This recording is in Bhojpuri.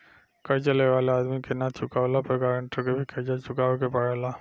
कर्जा लेवे वाला आदमी के ना चुकावला पर गारंटर के भी कर्जा चुकावे के पड़ेला